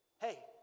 Hey